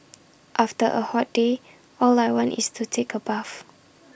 after A hot day all I want is to take A bath